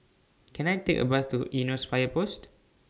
Can I Take A Bus to Eunos Fire Post